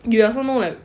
you also know like